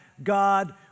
God